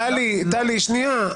טלי, שנייה.